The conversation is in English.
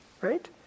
right